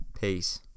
Peace